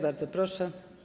Bardzo proszę.